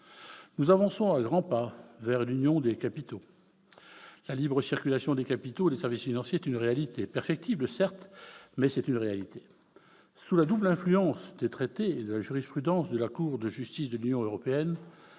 Nous avançons à grands pas vers l'Union des capitaux. La libre circulation des capitaux et des services financiers est une réalité, perfectible certes, mais c'est une réalité ! Sous la double influence des traités et de la jurisprudence de la Cour de justice de l'Union européenne,